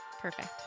Perfect